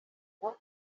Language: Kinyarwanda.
ngo